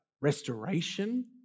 restoration